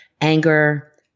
anger